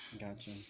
Gotcha